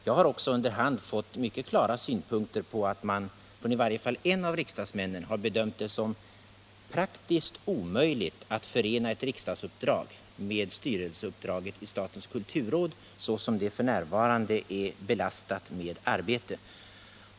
Jag har också under hand fått mycket klara uttalanden om att i varje fall en av dessa riksdagsmän har bedömt det som praktiskt omöjligt att förena ett riksdagsmannauppdrag med styrelseuppdraget i statens kulturråd, så som rådet f. n. är belastat med arbete.